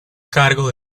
cargo